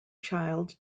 child